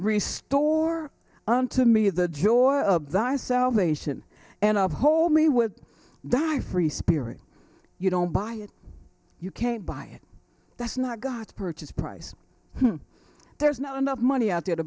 re store unto me the joy of that salvation and of hold me would die free spirit you don't buy it you can't buy it that's not god's purchase price there's not enough money out there to